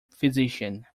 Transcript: physician